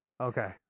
Okay